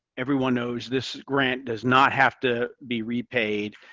everyone knows this grant does not have to be repaid,